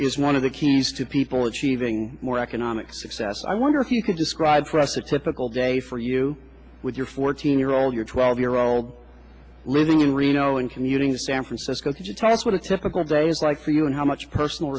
is one of the keys to people achieving more economic success i wonder if you could describe for us a typical day for you with your fourteen year old your twelve year old living in reno and commuting to san francisco could you tell us what a typical day is like for you and how much personal